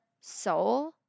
soul